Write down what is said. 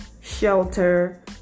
shelter